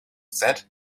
said